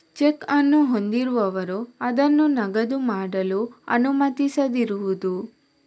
check ಅನ್ನು ಹೊಂದಿರುವವರು ಅದನ್ನು ನಗದು ಮಾಡಲು ಅನುಮತಿಸದಿರುವುದು